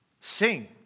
Sing